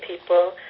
people